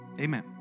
Amen